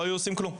לא היו עושים כלום.